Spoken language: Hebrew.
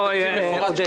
תקציב מפורט.